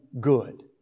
good